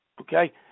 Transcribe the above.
Okay